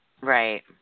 Right